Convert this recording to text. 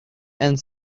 and